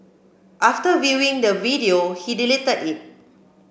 after viewing the video he deleted it